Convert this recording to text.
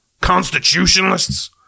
Constitutionalists